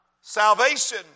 salvation